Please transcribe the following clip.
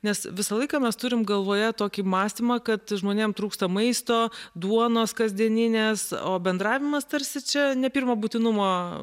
nes visą laiką mes turim galvoje tokį mąstymą kad žmonėm trūksta maisto duonos kasdieninės o bendravimas tarsi čia ne pirmo būtinumo